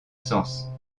sens